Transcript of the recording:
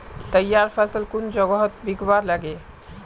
तैयार फसल कुन जगहत बिकवा लगे?